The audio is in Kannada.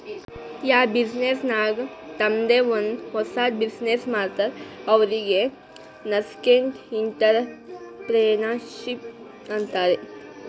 ಯಾರ್ ಬಿಸಿನ್ನೆಸ್ ನಾಗ್ ತಂಮ್ದೆ ಒಂದ್ ಹೊಸದ್ ಬಿಸಿನ್ನೆಸ್ ಮಾಡ್ತಾರ್ ಅವ್ರಿಗೆ ನಸ್ಕೆಂಟ್ಇಂಟರಪ್ರೆನರ್ಶಿಪ್ ಅಂತಾರ್